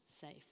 safe